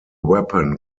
weapon